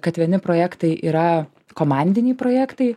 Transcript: kad vieni projektai yra komandiniai projektai